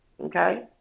Okay